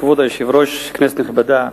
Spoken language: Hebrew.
כבוד היושב-ראש, כנסת נכבדה,